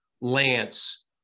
Lance